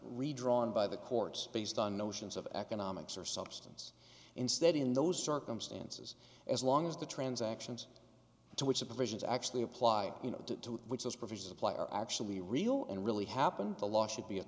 redrawn by the courts based on notions of economics or substance instead in those circumstances as long as the transactions to which the provisions actually apply you know to which those provisions apply are actually real and really happened the law should be a